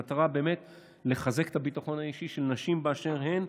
המטרה באמת לחזק את הביטחון האישי של נשים באשר הן,